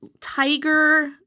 tiger